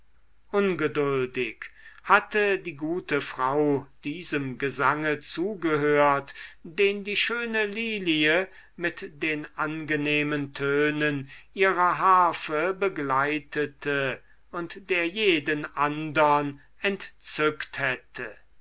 ungeduldig hatte die gute frau diesem gesange zugehört den die schöne lilie mit den angenehmen tönen ihrer harfe begleitete und der jeden andern entzückt hätte